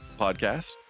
podcast